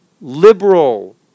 liberal